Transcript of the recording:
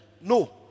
No